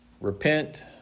repent